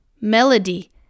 Melody